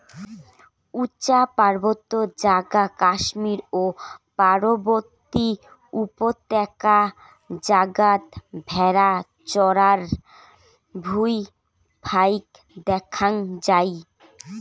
উচা পার্বত্য জাগা কাশ্মীর ও পার্বতী উপত্যকা জাগাত ভ্যাড়া চরার ভুঁই ফাইক দ্যাখ্যাং যাই